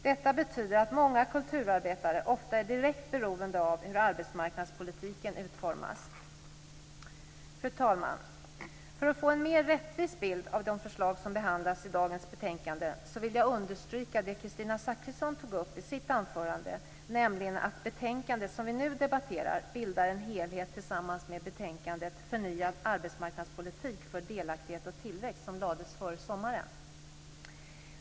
Detta betyder att många kulturarbetare ofta är direkt beroende av hur arbetsmarknadspolitiken utformas. Fru talman! För att få en mer rättvis bild av de förslag som behandlas i dagens betänkande vill jag understryka det Kristina Zakrisson tog upp i sitt anförande, nämligen att betänkandet som vi nu debatterar bildar en helhet tillsammans med betänkandet Förnyad arbetsmarknadspolitik för delaktighet och tillväxt som lades fram före sommaren.